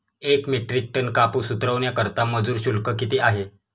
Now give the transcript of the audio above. एक metric tonne कापूस उतरवण्याकरता मजूर शुल्क किती आहे?